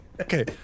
okay